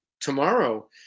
tomorrow